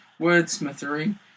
wordsmithery